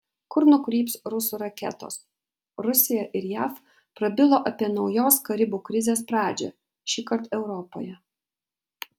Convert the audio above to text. kur nukryps rusų raketos rusija ir jav prabilo apie naujos karibų krizės pradžią šįkart europoje